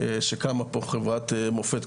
שקמה פה חברת מופת,